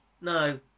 No